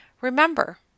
Remember